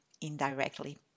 indirectly